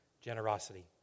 generosity